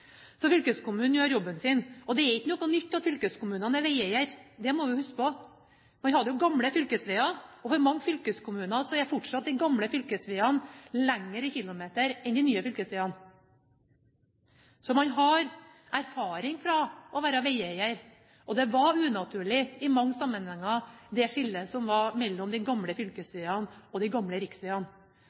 Så fylkeskommunene gjør jobben sin. Det er ikke noe nytt at fylkeskommunene er veieiere. Det må vi huske på. Vi hadde jo gamle fylkesveier, og i mange fylkeskommuner er de gamle fylkesveiene fortsatt lengre i kilometer enn de nye fylkesveiene. Så man har erfaring fra å være veieier. Det skillet som var mellom de gamle fylkesveiene og de gamle riksveiene,